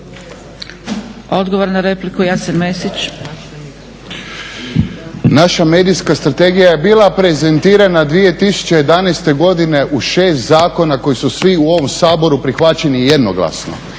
Odgovor na repliku, Jasen Mesić.